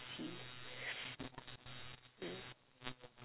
mm